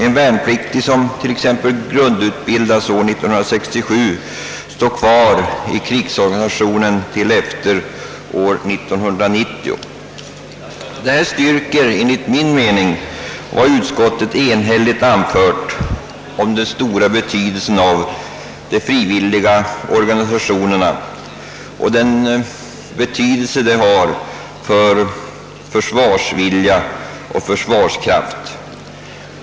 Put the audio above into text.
En värnpliktig, som t.ex. grundutbildas år 1967, står kvar i krigsorganisationen till efter år 1990. Detta styrker enligt min mening vad utskottet enhälligt anfört om den stora betydelse de frivilliga organisationerna har för försvarsvilja och försvarskraft.